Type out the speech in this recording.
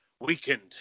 Weakened